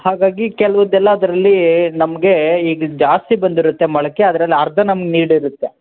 ಹಾಗಾಗಿ ಕೆಲ್ವದೆಲ್ಲ ಅದರಲ್ಲಿ ನಮಗೆ ಈಗ ಜಾಸ್ತಿ ಬಂದಿರುತ್ತೆ ಮೊಳಕೆ ಅದ್ರಲ್ಲಿ ಅರ್ಧ ನಮ್ಗೆ ನೀಡಿರತ್ತೆ